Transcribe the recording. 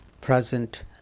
present